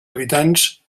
habitants